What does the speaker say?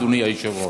אדוני היושב-ראש,